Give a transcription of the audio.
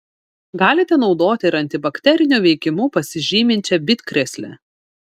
galite naudoti ir antibakteriniu veikimu pasižyminčią bitkrėslę